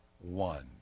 one